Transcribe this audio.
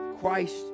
Christ